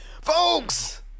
folks